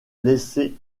laissé